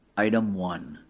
item one.